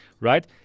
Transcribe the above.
right